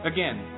Again